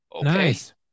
nice